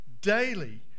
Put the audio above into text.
daily